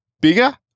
bigger